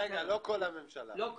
צו היטלי סחר ואמצעי הגנה (היטל היצף על